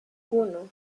uno